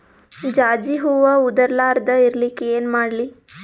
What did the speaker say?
ಜಾಜಿ ಹೂವ ಉದರ್ ಲಾರದ ಇರಲಿಕ್ಕಿ ಏನ ಮಾಡ್ಲಿ?